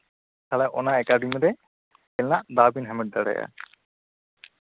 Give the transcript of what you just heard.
ᱛᱟᱦᱞᱮ ᱚᱱᱟ ᱮᱠᱟᱰᱮᱢᱤᱨᱮ ᱠᱷᱮᱞ ᱨᱮᱱᱟᱜ ᱫᱟᱣ ᱵᱮᱱ ᱦᱟᱢᱮᱴ ᱫᱥᱟᱲᱮᱭᱟᱜᱼᱟ